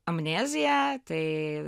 amnezija tai